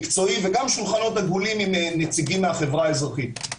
מקצועי וגם שולחנות עגולים עם נציגים מהחברה האזרחית.